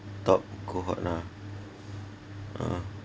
top cohort lah (uh huh)